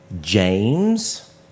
James